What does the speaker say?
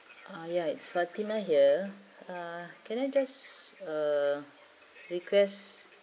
ah ya it's fatimah here uh can I just uh requests